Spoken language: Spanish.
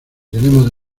tenemos